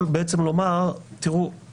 אני מאמין אחרי רבים להטות, נכון?